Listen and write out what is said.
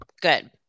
Good